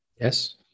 Yes